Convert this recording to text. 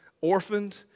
orphaned